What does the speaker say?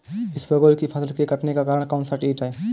इसबगोल की फसल के कटने का कारण कौनसा कीट है?